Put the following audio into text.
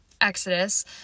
Exodus